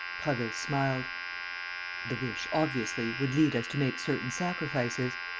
prasville smiled the wish, obviously, would lead us to make certain sacrifices.